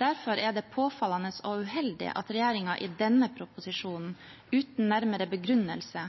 Derfor er det påfallende og uheldig at regjeringen i denne proposisjonen uten nærmere begrunnelse